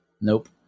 Nope